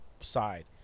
side